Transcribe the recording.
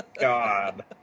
God